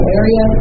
area